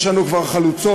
יש לנו כבר חלוצות,